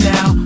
Now